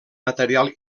material